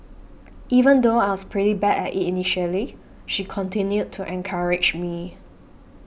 even though I was pretty bad at it initially she continued to encourage me